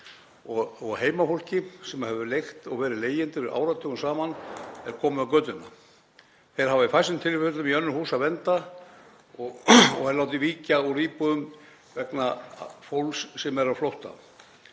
Heimafólk, sem hefur leigt og verið leigjendur áratugum saman, er komið á götuna. Það hefur í fæstum tilfellum í önnur hús að venda og er látið víkja úr íbúðum vegna fólks sem er á flótta.